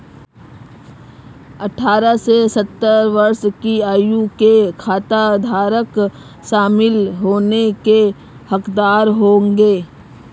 अठारह से सत्तर वर्ष की आयु के खाताधारक शामिल होने के हकदार होंगे